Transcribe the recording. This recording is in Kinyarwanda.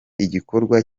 igikorwa